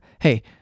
Hey